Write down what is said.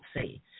see